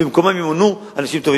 אבל במקום שאני אראה כשלים,